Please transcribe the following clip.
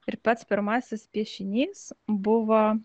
ir pats pirmasis piešinys buvo